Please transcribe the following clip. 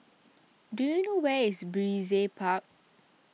do you know where is Brizay Park